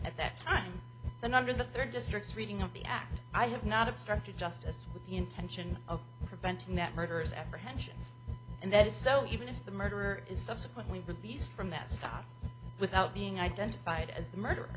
at that time and under the third district's reading of the act i have not obstructed justice with the intention of preventing that murders apprehension and that is so even if the murderer is subsequently released from that spot without being identified as the murder